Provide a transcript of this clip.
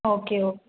okay ஓ